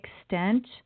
extent